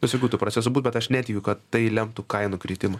visokių tų procesų būt bet aš netikiu kad tai lemtų kainų kritimą